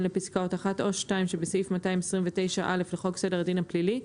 לפסקאות (1) או (2) שבסעיף 229(א) לחוק סדר הדין הפלילי,